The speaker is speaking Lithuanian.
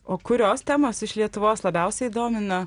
o kurios temos iš lietuvos labiausiai domina